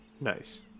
Nice